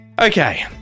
Okay